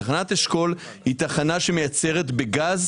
תחנת אשכול היא תחנה שמייצרת בגז,